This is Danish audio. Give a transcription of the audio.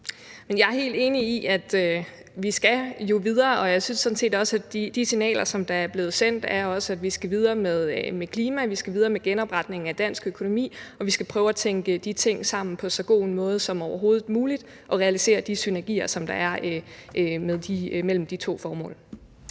jeg er helt enig i, at vi jo skal videre, og jeg synes sådan set, at de signaler, som der er blevet sendt, også er, at vi skal videre med klima, vi skal videre med genopretningen af dansk økonomi, og vi skal prøve at tænke de ting sammen på så god en måde som overhovedet muligt og realisere de synergier, som der er mellem de to formål.